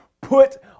Put